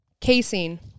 Casein